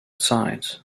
sides